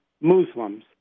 Muslims